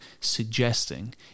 suggesting